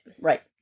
Right